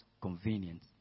convenient